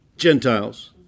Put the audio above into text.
gentiles